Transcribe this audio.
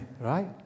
Right